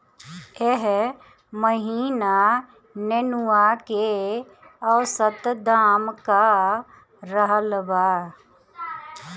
एह महीना नेनुआ के औसत दाम का रहल बा?